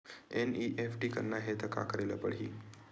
NEFT करना हे त का करे ल पड़हि?